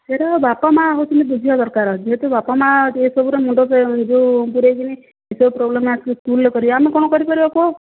ସେଇରା ବାପାମାଆ ହେଉଛନ୍ତି ବୁଝିବା ଦରକାର ଯେହେତୁ ବାପାମାଆ ଏସବୁରେ ମୁଣ୍ଡ ଯେଉଁ ପୂରେଇକିନି ଏସବୁ ପ୍ରୋବ୍ଲେମ୍ ଆସିକି ସ୍କୁଲ୍ରେ କରିବା ଆମେ କ'ଣ କରିପାରିବା କୁହ